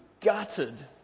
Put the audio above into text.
gutted